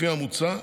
לפי המוצע,